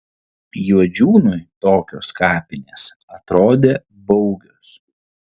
juodžiūnui tokios kapinės atrodė baugios